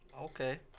Okay